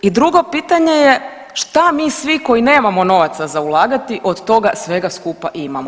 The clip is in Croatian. I drugo pitanje je, šta mi svi koji nemamo novaca za ulagati od toga svega skupa imamo?